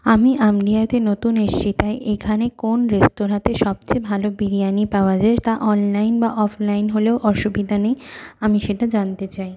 আমি আমিনিয়াতে নতুন এসেছি তাই এখানে কোন রেস্তোরাঁতে সবচেয়ে ভালো বিরিয়ানি পাওয়া যায় তা অনলাইন বা অফলাইন হলেও অসুবিধা নেই আমি সেটা জানতে চাই